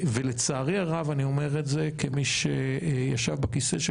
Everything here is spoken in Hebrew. ולצערי הרב אני אומר את זה כמי שישב בכיסא של